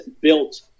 built